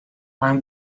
i’m